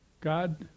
God